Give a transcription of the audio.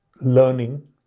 learning